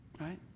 Right